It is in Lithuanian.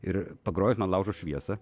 ir pagroja man laužo šviesą